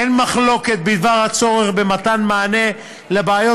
אין מחלוקת בדבר הצורך במתן מענה לבעיות